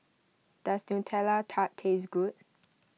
does Nutella Tart taste good